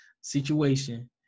situation